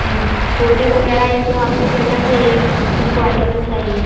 टोटी वगैरह ये सब आपको कैसा चहिए किस क्वालटी का चाहिए